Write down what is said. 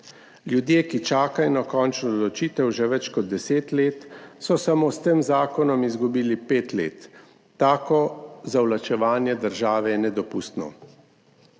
Ljudje, ki čakajo na končno odločitev že več kot deset let, so samo s tem zakonom izgubili pet let. Táko zavlačevanje države je nedopustno.